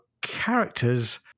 characters